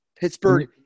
Pittsburgh